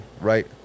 right